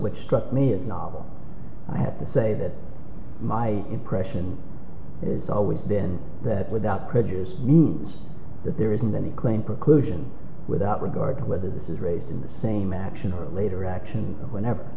which struck me and now i have to say that my impression is always been that without prejudice means that there isn't any claim preclusion without regard to whether this is race in the same action or later action whenever